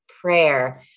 prayer